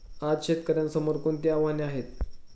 आज शेतकऱ्यांसमोर कोणती आव्हाने आहेत?